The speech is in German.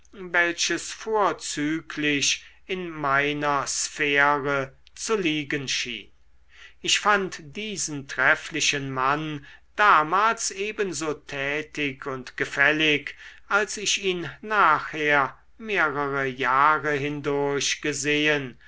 welches vorzüglich in meiner sphäre zu liegen schien ich fand diesen trefflichen mann damals ebenso tätig und gefällig als ich ihn nachher mehrere jahre hindurch gesehen